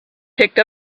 picked